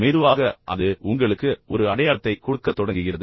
மெதுவாக அது உங்களுக்கு ஒரு அடையாளத்தை கொடுக்கத் தொடங்குகிறது